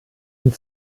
sind